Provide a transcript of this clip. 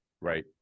right